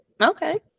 Okay